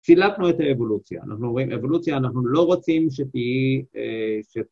צילקנו את האבולוציה. אנחנו אומרים, אבולוציה, אנחנו לא רוצים שתהיי...